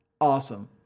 awesome